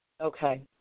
Okay